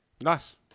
Nice